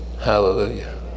hallelujah